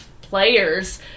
players